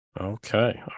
Okay